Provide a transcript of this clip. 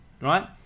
Right